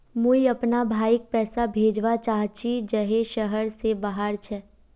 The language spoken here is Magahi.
मुई अपना भाईक पैसा भेजवा चहची जहें शहर से बहार छे